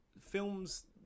films